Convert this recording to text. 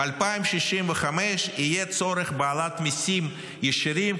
ב-2065 יהיה צורך בהעלאת מיסים ישירים,